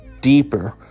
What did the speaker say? deeper